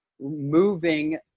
moving